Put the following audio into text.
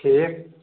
ٹھیٖک